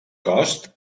cost